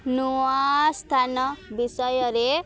ନୂଆ ସ୍ଥାନ ବିଷୟରେ